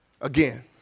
again